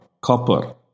copper